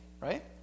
right